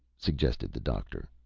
suggested the doctor.